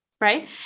Right